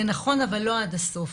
זה נכון, אבל לא עד הסוף.